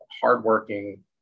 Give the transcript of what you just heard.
hardworking